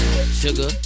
Sugar